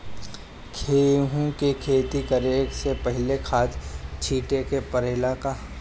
गेहू के खेती करे से पहिले खाद छिटे के परेला का?